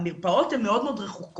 המרפאות הן מאוד מאוד רחוקות.